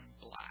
black